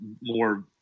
more